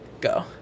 Go